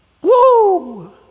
Woo